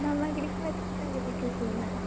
मम गृहे तु सर्वे कुशलिनः